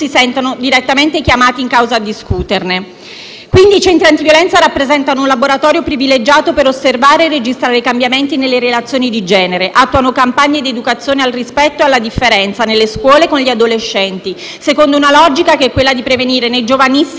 I centri antiviolenza rappresentano quindi un laboratorio privilegiato per osservare e registrare i cambiamenti nelle relazioni di genere: attuano campagne di educazione al rispetto e alla differenza nelle scuole e con gli adolescenti, secondo la logica di prevenire nei giovanissimi la diffusione di comportamenti violenti e stereotipati.